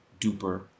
duper